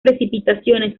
precipitaciones